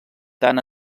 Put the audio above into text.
tant